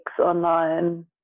online